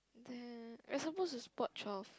then we're supposed to spot twelve